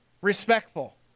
respectful